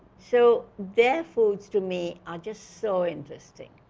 so, their foods to me are just so interesting.